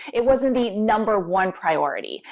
it wasn't the number one priority.